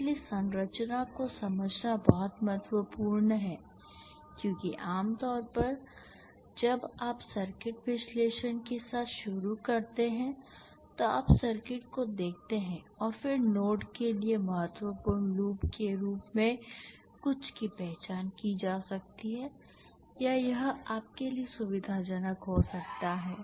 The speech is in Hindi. इसलिए संरचना को समझना बहुत महत्वपूर्ण है क्योंकि आम तौर पर जब आप सर्किट विश्लेषण के साथ शुरू करते हैं तो आप सर्किट को देखते हैं और फिर नोड 2 के लिए महत्वपूर्ण लूप के रूप में कुछ की पहचान की जा सकती है या यह आपके लिए सुविधाजनक हो सकता है